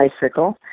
bicycle